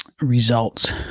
results